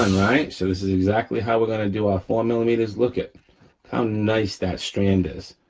um right. so this is exactly how we're gonna do our four millimeters. look at how nice that strand is.